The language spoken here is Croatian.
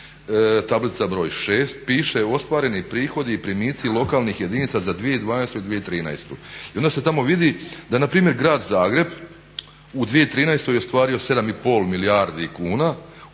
tablica broj 6 piše "Ostvareni prihodi i primici lokalnih jedinica za 2012. i 2013. I onda se tamo vidi da npr. grad Zagreb u 2013. je ostvario 7,5 milijardi kuna,